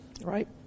right